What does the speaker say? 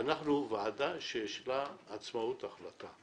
אנחנו ועדה שיש לה עצמאות החלטה.